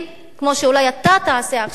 כמו שאולי תעשה עכשיו,